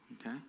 okay